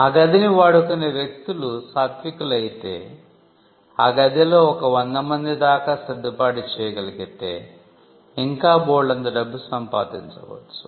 ఆ గదిని వాడుకునే వ్యక్తులు సాత్వికులు అయితే ఆ గదిలో ఒక వంద మంది దాకా సర్దుబాటు చేయగలిగితే ఇంకా బోల్డంత డబ్బు సంపాదించ వచ్చు